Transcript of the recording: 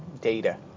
data